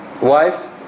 wife